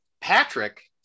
Patrick